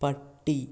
പട്ടി